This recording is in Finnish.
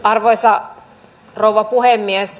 arvoisa rouva puhemies